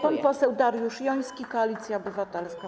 Pan poseł Dariusz Joński, Koalicja Obywatelska.